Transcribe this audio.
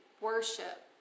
worship